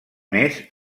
més